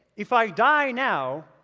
if i die now,